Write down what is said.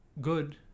good